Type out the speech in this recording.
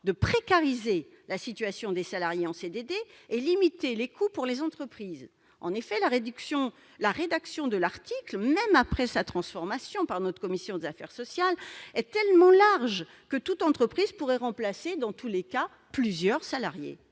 de précariser la situation des salariés en CDD et de limiter les coûts pour les entreprises. En effet, la rédaction de l'article, même après sa transformation par la commission des affaires sociales, est tellement large que toute entreprise pourrait remplacer dans tous les cas plusieurs salariés.